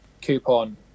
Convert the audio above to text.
coupon